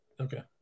Okay